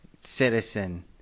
citizen